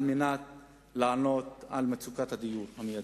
כדי לפתור את מצוקת הדיור המיידית.